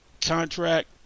contract